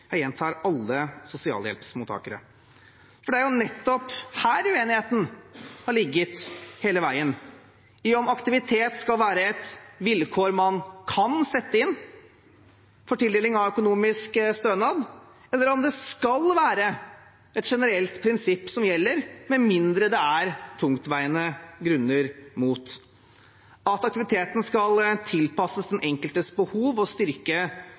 Jeg gjentar: «alle sosialhjelpsmottakere». Det er nettopp her uenigheten har ligget hele veien, i om aktivitet skal være et vilkår man kan sette inn for tildeling av økonomisk stønad, eller om det skal være et generelt prinsipp som gjelder med mindre det er tungtveiende grunner mot. At aktiviteten skal tilpasses den enkeltes behov og styrke